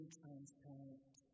transparent